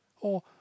Or